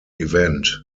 event